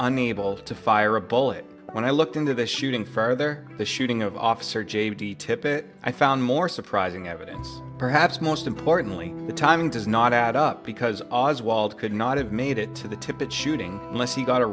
unable to fire a bullet when i looked into the shooting farther the shooting of officer j d tippit i found more surprising evidence perhaps most importantly the timing does not add up because oswald could not have made it to the tippit shooting unless he got